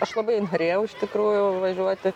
aš labai norėjau iš tikrųjų važiuoti